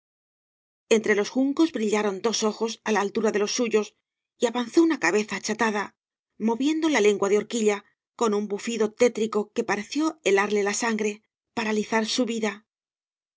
entre los juncos brillaron dos ojos á la altura de los suyos y avanzó una cabeza achatada moviendo la lengua de horquilla con un bufido tétrico que pareció helarle la sangre paralizar su vida